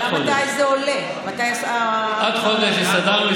עד חודש.